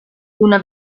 una